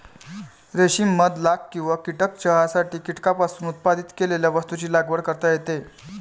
रेशीम मध लाख किंवा कीटक चहासाठी कीटकांपासून उत्पादित केलेल्या वस्तूंची लागवड करता येते